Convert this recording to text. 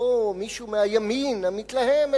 לא מישהו מהימין המתלהם,